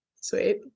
Sweet